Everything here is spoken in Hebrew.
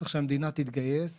צריך שהמדינה תתגייס.